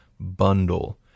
bundle